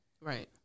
Right